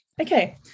Okay